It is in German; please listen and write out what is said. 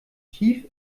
tief